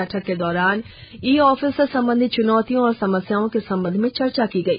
बैठक के दौरान ई ऑफिस से सम्बंधित चुनौतियों व समस्याओं के संबंध में चर्चा की गई